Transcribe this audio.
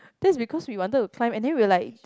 that's because we wanted to climb and then we're like